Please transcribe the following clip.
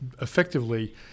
effectively –